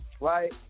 right